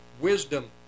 wisdom